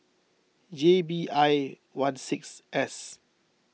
J B I one six S